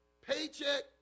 Paycheck